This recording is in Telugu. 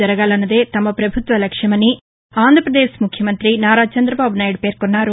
జరగాలన్నదే తమ పభుత్వ లక్ష్యమని ఆంధ్రప్రదేశ్ ముఖ్యమంతి నారా చందబాబు నాయుడు పేర్కొన్నారు